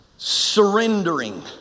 surrendering